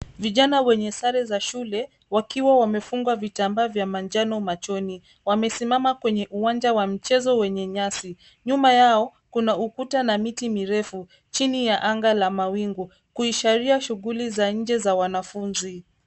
Vijana wenye sare za shule wakiwa wamefungwa vitambaa vya manjano machoni. Wamesimama kwenye uwanja wa michezo wenye nyasi. Nyuma yao kuna ukuta na miti mirefu chini ya anga la mawingu kuashiria shughuli za nje za wanafunzi.